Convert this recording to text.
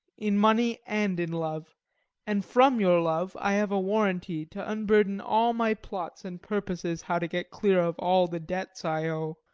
in money and in love and from your love i have a warranty to unburden all my plots and purposes how to get clear of all the debts i owe.